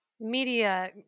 media